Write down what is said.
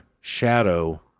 shadow